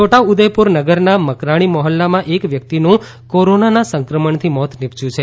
છોટાઉદેપુર નગરના મકરાણી મહોલ્લા માં એક વ્યક્તિ નું કોરોનાના સંક્રમણથી મોત નિપશ્યું છે